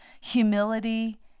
humility